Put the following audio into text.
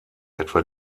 etwa